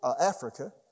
Africa